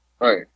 Right